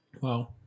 Wow